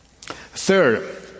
Third